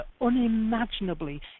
unimaginably